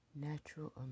Natural